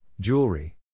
Jewelry